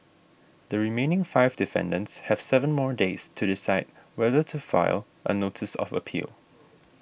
the remaining five defendants have seven more days to decide whether to file a notice of appeal